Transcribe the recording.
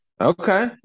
Okay